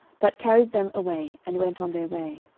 but carried them away, and went on their way.